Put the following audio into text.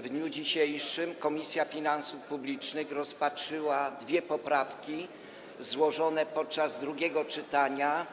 W dniu dzisiejszym Komisja Finansów Publicznych rozpatrzyła dwie poprawki złożone podczas drugiego czytania